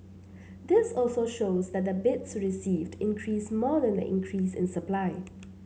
this also shows that the bids received increased more than the increase in supply